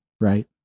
right